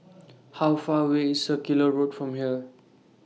How Far away IS Circular Road from here